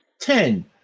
Ten